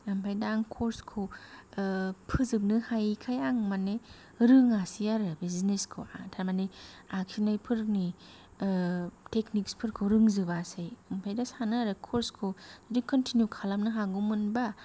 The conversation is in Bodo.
आमफाय दा आं कर्सखौ फोजोबनो हायैखाय आं माने रोङासै आरो बे जिनिसखौ आं थारमाने आखिनायफोरनि टेकनिक्सफोरखौ रोंजोबासै आमफ्रायदा सानो आरो कर्सखौ जुदि कन्टिनिउ खालामनो हागौ मोनब्ला